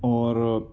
اور